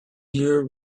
year